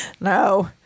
no